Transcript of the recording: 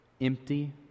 Empty